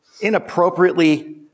inappropriately